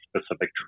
specific